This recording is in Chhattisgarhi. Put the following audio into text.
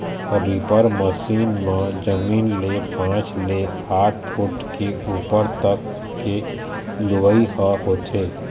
रीपर मसीन म जमीन ले पाँच ले आठ फूट के उप्पर तक के लुवई ह होथे